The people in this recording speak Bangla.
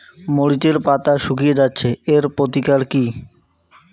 মরিচের পাতা শুকিয়ে যাচ্ছে এর প্রতিকার কি?